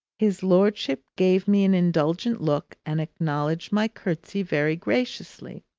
his lordship gave me an indulgent look and acknowledged my curtsy very graciously.